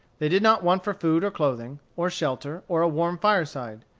they did not want for food or clothing, or shelter, or a warm fireside.